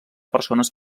persones